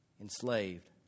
enslaved